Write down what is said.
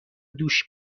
دوش